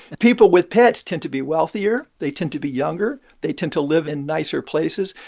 people with pets tend to be wealthier. they tend to be younger. they tend to live in nicer places.